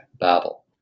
Babel